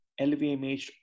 LVMH